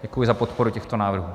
Děkuji za podporu těchto návrhů.